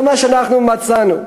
זה מה שאנחנו מצאנו.